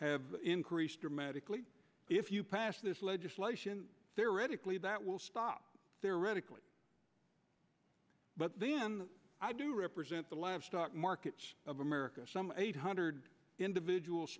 have increased dramatically if you pass this legislation there reddick lead that will stop there radically but then i do represent the live stock markets of america some eight hundred individuals